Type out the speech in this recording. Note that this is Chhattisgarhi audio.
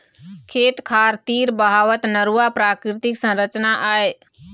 खेत खार तीर बहावत नरूवा प्राकृतिक संरचना आय